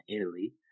Italy